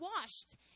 washed